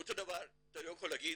אותו דבר אתה לא יכול להגיד,